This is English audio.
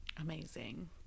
Amazing